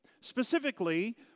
specifically